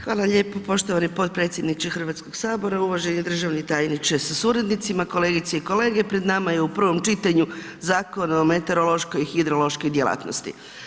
Hvala lijepo poštovani potpredsjedniče HS, uvaženi državni tajniče sa suradnicima, kolegice i kolege, pred nama je u prvom čitanju Zakon o meteorološkoj i hidrološkoj djelatnosti.